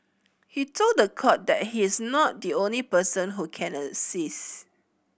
he told the court that he is not the only person who can assist